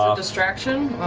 um distraction.